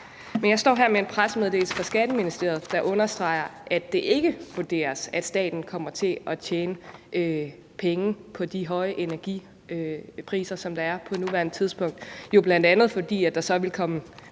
men jeg står her med en pressemeddelelse fra Skatteministeriet, der understreger, at det ikke vurderes, at staten kommer til at tjene penge på de høje energipriser, som der er på nuværende tidspunkt, bl.a. fordi der vil komme